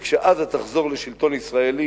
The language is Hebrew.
וכשעזה תחזור לשלטון ישראלי,